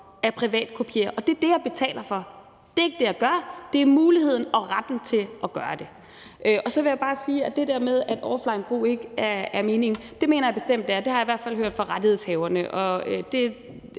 og det er det, jeg betaler for. Det er ikke det, jeg gør. Det er muligheden for og retten til at gøre det. Så vil jeg bare sige til det der med, at offlinebrug ikke er meningen, at det mener jeg bestemt det er. Det har jeg i hvert fald hørt fra rettighedshaverne. De